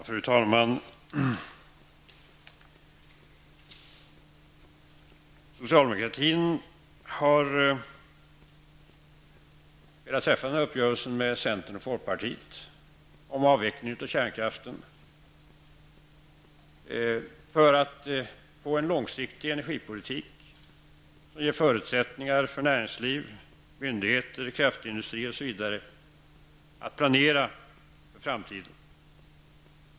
Fru talman! Socialdemokratin har velat träffa den uppgörelse som föreligger med centern och folkpartiet om avvecklingen av kärnkraften för att få en långsiktig energipolitik som ger förutsättningar för näringsliv, myndigheter, kraftindustri, osv. att planera för framtiden.